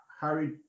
Harry